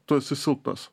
tu esi silpnas